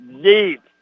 deep